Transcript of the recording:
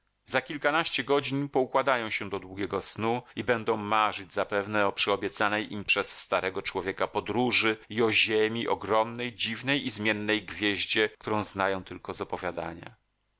za kilkanaście godzin poukładają się do długiego snu i będą marzyć zapewne o przyobiecanej im przez starego człowieka podróży i o ziemi ogromnej dziwnej i zmiennej gwieździe którą znają tylko z opowiadania